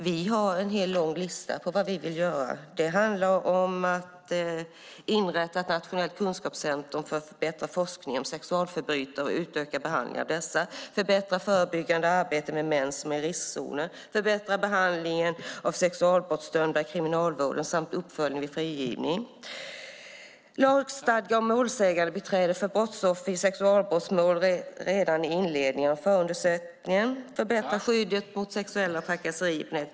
Vi har en lång lista på vad vi vill göra. Det handlar om att inrätta ett nationellt kunskapscentrum för att förbättra forskning om sexualförbrytare och utökad behandling av dessa, förbättra förebyggande arbete med män som är i riskzonen, förbättra behandlingen av sexualbrottsdömda i kriminalvården samt uppföljning vid frigivning, lagstadga om målsägandebiträde för brottsoffer i sexualbrottsmål redan i inledningen av förundersökningen och förbättra skyddet mot sexuella trakasserier.